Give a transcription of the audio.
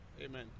Amen